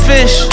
Fish